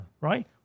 right